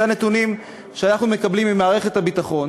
אלו הנתונים שאנחנו מקבלים ממערכת הביטחון,